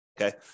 Okay